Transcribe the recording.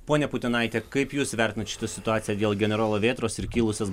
ponia putinaite kaip jūs įvertinat šitą situaciją dėl generolo vėtros ir kilusias